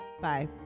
Bye